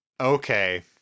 Okay